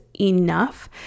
enough